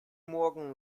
morgen